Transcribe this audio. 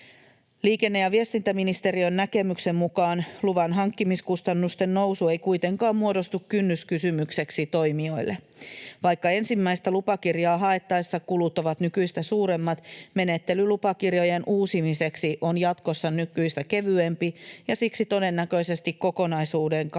Liikenne- ja viestintäministeriön näkemyksen mukaan luvanhankkimiskustannusten nousu ei kuitenkaan muodostu kynnyskysymykseksi toimijoille. Vaikka ensimmäistä lupakirjaa haettaessa kulut ovat nykyistä suuremmat, menettely lupakirjojen uusimiseksi on jatkossa nykyistä kevyempi ja siksi todennäköisesti kokonaisuuden kannalta